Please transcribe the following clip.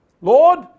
Lord